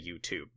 YouTube